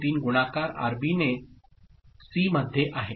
693 गुणाकार आरबीने सी मध्ये आहे